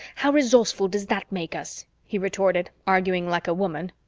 how resourceful does that make us? he retorted, arguing like a woman.